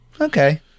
okay